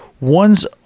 One's